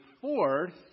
fourth